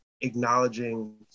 acknowledging